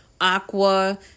aqua